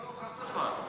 לא, קח את הזמן.